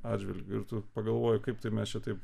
atžvilgiu ir tu pagalvoji kaip tai mes čia taip